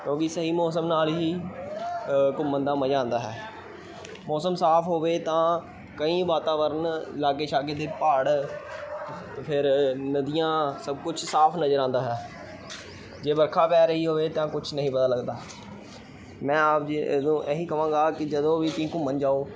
ਕਿਉਂਕਿ ਸਹੀ ਮੌਸਮ ਨਾਲ਼ ਹੀ ਘੁੰਮਣ ਦਾ ਮਜ਼ਾ ਆਉਂਦਾ ਹੈ ਮੌਸਮ ਸਾਫ਼ ਹੋਵੇ ਤਾਂ ਕਈ ਵਾਤਾਵਰਨ ਲਾਗੇ ਛਾਗੇ ਦੇ ਪਹਾੜ ਫਿਰ ਨਦੀਆਂ ਸਭ ਕੁਝ ਸਾਫ਼ ਨਜ਼ਰ ਆਉਂਦਾ ਹੈ ਜੇ ਵਰਖਾ ਪੈ ਰਹੀ ਹੋਵੇ ਤਾਂ ਕੁਛ ਨਹੀਂ ਪਤਾ ਲੱਗਦਾ ਮੈਂ ਆਪ ਜੀ ਨੂੰ ਇਹੀ ਕਹਵਾਂਗਾ ਕਿ ਜਦੋਂ ਵੀ ਤੁਸੀਂ ਘੁੰਮਣ ਜਾਓ